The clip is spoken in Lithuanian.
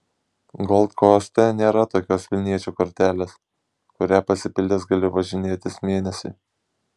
gold koste nėra tokios vilniečio kortelės kurią pasipildęs gali važinėtis mėnesį